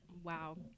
wow